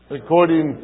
according